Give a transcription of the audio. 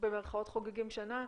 במרכאות, חוגגים שנה,